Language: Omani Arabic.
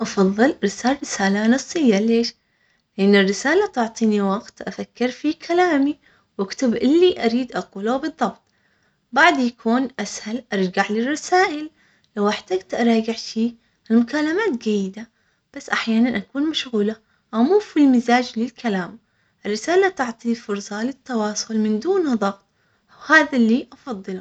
افضل ارسال رسالة نصية ليش? لان الرسالة تعطيني وقت افكر في كلامي واكتب اللي اريد اقوله بالضبط بعد يكون اسهل ارجع للرسائل لو احتجت اراجع شي في المكالمات جيدة بس احيانا اكون مشغولة او مو في المزاج للكلام الرساله تعطي فرصة للتواصل من دون نطق وهذا اللي افضله.